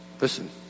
Listen